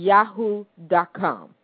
Yahoo.com